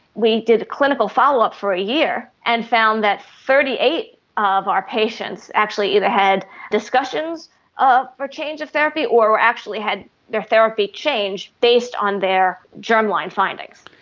we did clinical follow-up for a year and found that thirty eight of our patients actually either had discussions ah for change of therapy or actually had their therapy changed based on their germline findings.